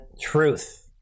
Truth